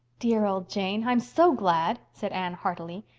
dear old jane i'm so glad, said anne heartily.